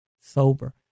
sober